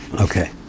Okay